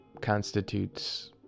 constitutes